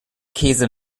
käse